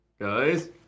Guys